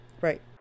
right